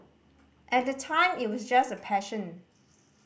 at the time it was just a passion